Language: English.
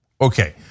Okay